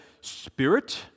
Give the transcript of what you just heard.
spirit